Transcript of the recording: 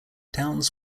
towns